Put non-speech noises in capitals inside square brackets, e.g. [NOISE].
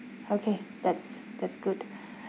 okay that's that's good [BREATH]